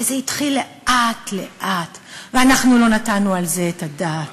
וזה התחיל לאט-לאט, ואנחנו לא נתנו על זה את הדעת.